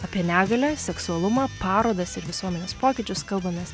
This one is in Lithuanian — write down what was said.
apie negalią seksualumą parodas ir visuomenės pokyčius kalbamės